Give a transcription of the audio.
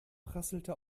prasselte